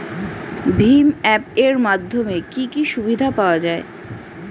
ভিম app এর মাধ্যমে কি কি সুবিধা পাওয়া যায়?